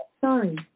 Sorry